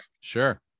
Sure